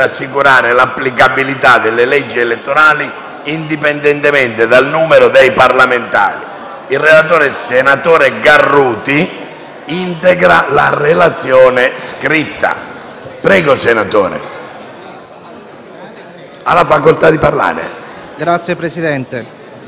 Noi affrontiamo il tema della riduzione del numero dei parlamentari, diciamo che è una cosa giusta, che è un taglio lineare, una riduzione proporzionale, una riduzione di costi e poi ci poniamo il problema, evidentemente sotto gli occhi di tutti, del modo con il quale questi parlamentari giungono qui: